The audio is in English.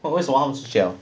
what 为什么他们出去了